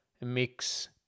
mix